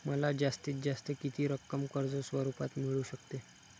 मला जास्तीत जास्त किती रक्कम कर्ज स्वरूपात मिळू शकते?